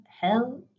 hell